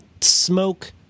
smoke